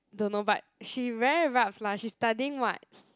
don't know but she very rabz lah she studying [what]